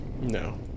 No